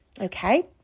okay